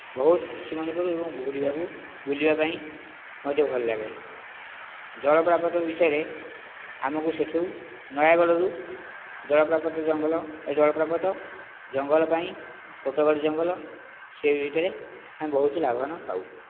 ବହୁତ ଖୁସି ମନେ କରୁ ଏବଂ ଘୂରିବାକୁ ବୁଲିବା ପାଇଁ ମଧ୍ୟ ଭଲଲାଗେ ଜଳପ୍ରପାତ ବିଷୟରେ ଆମକୁ ସେଇଠୁ ନୟାଗଡ଼ରୁ ଜଳପ୍ରପାତ ଜଙ୍ଗଲ ଏ ଜଳପ୍ରପାତ ଜଙ୍ଗଲ ପାଇଁ କୁଟଗଡ଼ ଜଙ୍ଗଲ ସେହି ଭିତରେ ଆମେ ବହୁତ ଲାଭବାନ ପାଉ